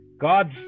God's